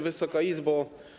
Wysoka Izbo!